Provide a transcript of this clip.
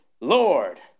Lord